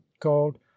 called